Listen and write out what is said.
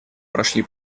прошли